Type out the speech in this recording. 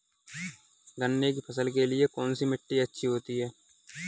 गन्ने की फसल के लिए कौनसी मिट्टी अच्छी होती है?